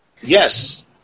Yes